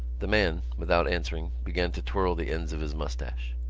the man, without answering, began to twirl the ends of his moustache.